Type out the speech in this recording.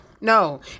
no